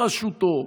בראשותו,